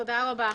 תודה רבה.